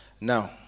Now